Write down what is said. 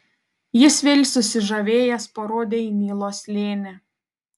jis vėl susižavėjęs parodė į nilo slėnį